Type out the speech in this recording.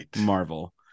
Marvel